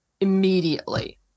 immediately